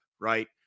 right